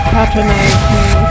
Patronizing